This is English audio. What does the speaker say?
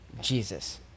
Jesus